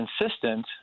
consistent